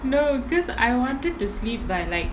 no because I wanted to sleep by like